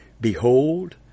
Behold